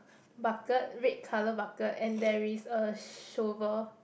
bucket red colour bucket and there is a shovel